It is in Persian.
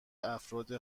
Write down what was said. افراد